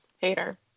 Hater